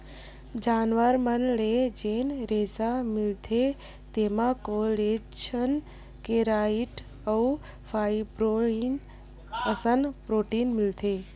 जानवर मन ले जेन रेसा मिलथे तेमा कोलेजन, केराटिन अउ फाइब्रोइन असन प्रोटीन मिलथे